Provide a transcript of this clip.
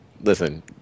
listen